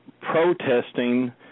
protesting